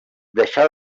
deixà